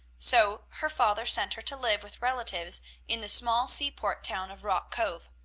so her father sent her to live with relatives in the small seaport town of rock cove.